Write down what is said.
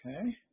Okay